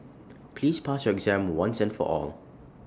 please pass your exam once and for all